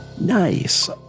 Nice